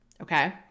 okay